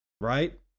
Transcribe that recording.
right